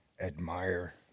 admire